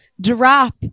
drop